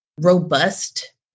robust